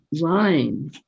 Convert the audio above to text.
line